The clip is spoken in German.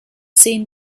zehen